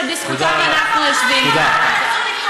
שבזכותם אנחנו יושבים כאן.